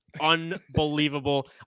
unbelievable